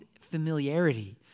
familiarity